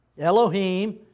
Elohim